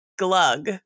Glug